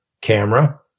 camera